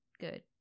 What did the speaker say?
good